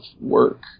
work